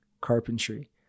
carpentry